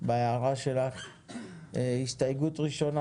את המיינסטרים, את המרכז,